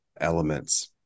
elements